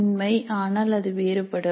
உண்மை ஆனால் அது வேறுபடும்